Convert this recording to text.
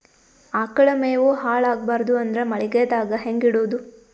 ಆಕಳ ಮೆವೊ ಹಾಳ ಆಗಬಾರದು ಅಂದ್ರ ಮಳಿಗೆದಾಗ ಹೆಂಗ ಇಡೊದೊ?